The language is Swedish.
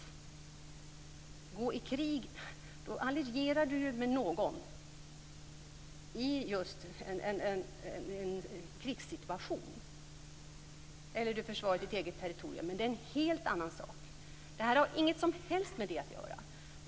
När man går i krig allierar man sig ju med någon i just en krigssituation eller försvarar sitt eget territorium, men det är en helt annan sak. Det här har inget som helst med det att göra.